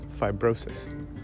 fibrosis